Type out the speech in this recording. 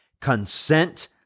consent